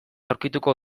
aurkituko